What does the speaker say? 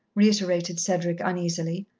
reiterated cedric uneasily.